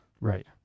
right